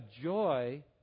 joy